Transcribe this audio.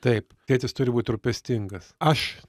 taip tėtis turi būt rūpestingas aš